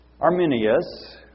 Arminius